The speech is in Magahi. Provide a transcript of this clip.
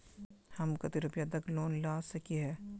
हम कते रुपया तक लोन ला सके हिये?